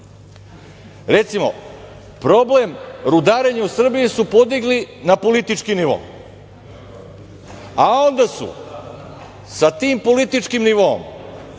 recimo problem rudarenja u Srbiji su podigli na politički nivo, a onda su sa tim političkim nivoom